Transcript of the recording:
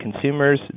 consumers